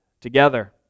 together